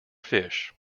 fish